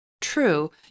true